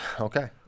Okay